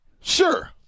sure